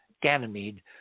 ganymede